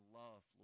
love